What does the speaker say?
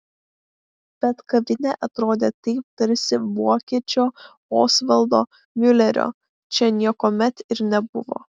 bet kavinė atrodė taip tarsi vokiečio osvaldo miulerio čia niekuomet ir nebuvo